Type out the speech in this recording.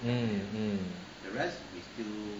mm mm